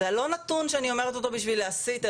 זה לא נתון שאני אומרת אותו בשביל להסית,